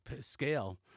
scale